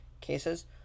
cases